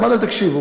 אמרתי להם: תקשיבו,